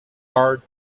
art